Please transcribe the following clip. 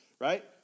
right